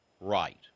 right